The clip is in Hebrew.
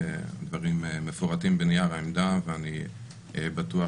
הדברים מפורטים בנייר העמדה ואני בטוח